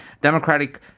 Democratic